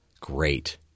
great